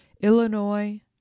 illinois